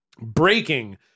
Breaking